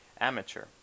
amateur